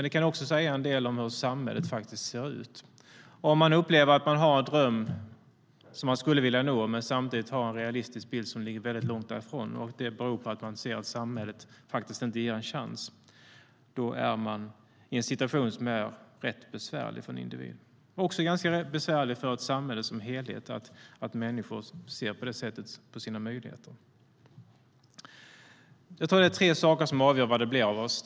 Det kan också säga en del om hur samhället ser ut. Har en människa en dröm som hon vill nå och samtidigt en realistisk bild som ligger långt därifrån kan det bero på att hon ser att samhället inte ger henne en chans. Då är hon i en situation som är rätt besvärlig för henne som individ. Det är också ganska besvärligt för ett samhälle som helhet att människor ser på sina möjligheter på det sättet. Det är tre saker som avgör vad det blir av oss.